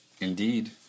Indeed